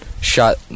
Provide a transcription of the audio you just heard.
shot